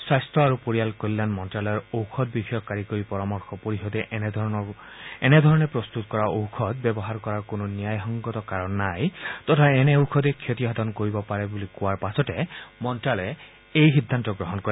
স্বাস্থ্য আৰু পৰিয়াল কল্যাণ মন্তালয়ৰ ঔষধ বিষয়ক কাৰিকৰী পৰামৰ্শ পৰিষদে এনে ধৰণে প্ৰস্তুত কৰা ঔষধ ব্যৱহাৰ কৰাৰ কোনো ন্যায়সংগত কাৰণ নাই তথা এনে ঔষধে ক্ষতি সাধন কৰিব পাৰে বুলি কোৱাৰ পাছতে মন্তালয়ে এই সিদ্ধান্ত গ্ৰহণ কৰে